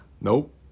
Nope